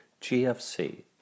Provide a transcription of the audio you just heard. GFC